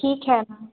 ठीक है मैम